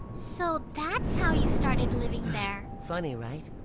so that's how you started living there! funny, right?